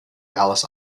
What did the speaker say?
dallas